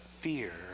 fear